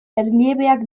erliebeak